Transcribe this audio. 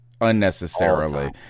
unnecessarily